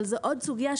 אבל זו עוד סוגיה.